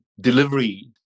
delivery